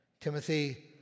Timothy